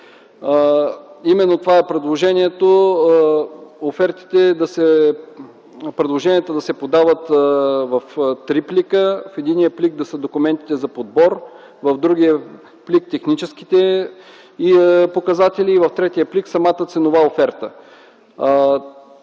възложителя. Предложението е офертите да се подават в три плика. В единия плик да са документите за подбор, в другия плик – техническите показатели, и в третия плик – самата ценова оферта.